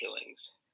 killings